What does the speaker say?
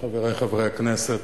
חברי חברי הכנסת,